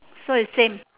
so is same